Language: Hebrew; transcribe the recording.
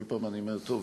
כל פעם אני אומר: טוב,